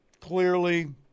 clearly